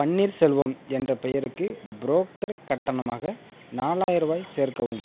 பன்னீர்செல்வம் என்ற பெயருக்கு புரோக்கர் கட்டணமாக நாலாயரூபாய் சேர்க்கவும்